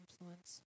influence